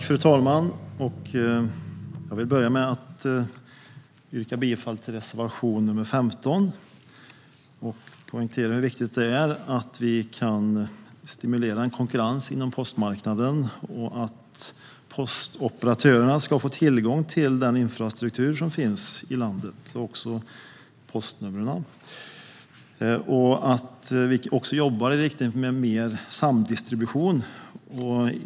Fru talman! Jag vill börja med att yrka bifall till reservation 15. Jag vill poängtera hur viktigt det är att vi kan stimulera konkurrens inom postmarknaden, att postoperatörerna får tillgång till den infrastruktur som finns i landet - också postnumren - och att vi jobbar i riktning mot mer samdistribution.